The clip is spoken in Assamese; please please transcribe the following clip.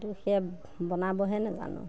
ত' সেই বনাবহে নাজানো